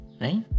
right